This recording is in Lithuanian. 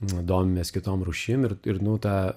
naudojamės kitom rūšim ir ir nu tą